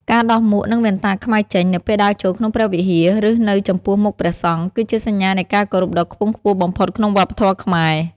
ការដោះមួក និងវ៉ែនតាខ្មៅចេញ នៅពេលដើរចូលក្នុងព្រះវិហារ ឬនៅចំពោះមុខព្រះសង្ឃ គឺជាសញ្ញានៃការគោរពដ៏ខ្ពង់ខ្ពស់បំផុតក្នុងវប្បធម៌ខ្មែរ។